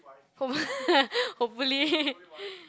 for hopefully